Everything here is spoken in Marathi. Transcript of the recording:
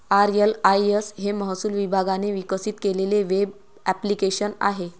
आर.एल.आय.एस हे महसूल विभागाने विकसित केलेले वेब ॲप्लिकेशन आहे